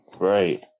Right